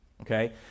okay